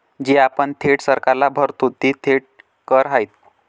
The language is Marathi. जे आपण थेट सरकारला भरतो ते थेट कर आहेत